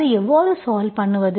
இதை எவ்வாறு சால்வ் பண்ணுவது